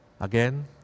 again